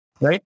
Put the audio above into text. right